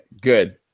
Good